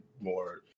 more